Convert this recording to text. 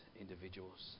individuals